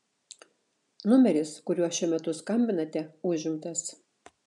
numeris kuriuo šiuo metu skambinate užimtas